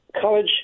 college